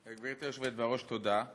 גברתי היושבת בראש, תודה.